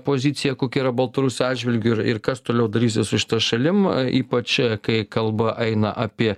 pozicija kokia yra baltarusių atžvilgiu ir ir kas toliau darysis su šita šalim ypač kai kalba eina apie